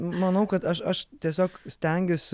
manau kad aš aš tiesiog stengiuosi